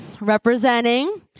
Representing